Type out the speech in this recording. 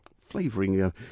flavoring